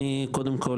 קודם כול,